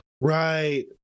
right